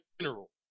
general